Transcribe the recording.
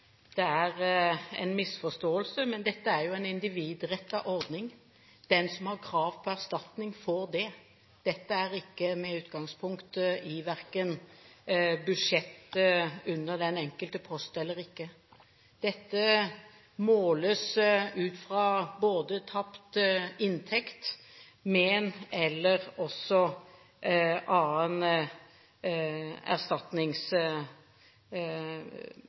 det er en misforståelse, men dette er jo en individrettet ordning. Den som har krav på erstatning, får det. Dette avgjøres ikke med utgangspunkt i budsjett under den enkelte post. Dette måles ut fra både tapt inntekt,